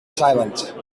silent